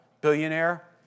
billionaire